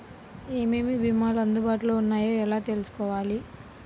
ఏమేమి భీమాలు అందుబాటులో వున్నాయో ఎలా తెలుసుకోవాలి?